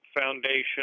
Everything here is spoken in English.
foundation